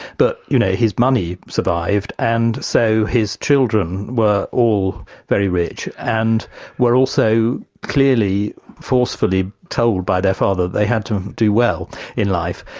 but, you know, his money survived, and so his children were all very rich, and were also clearly forcefully told by their father that they had to do well in life.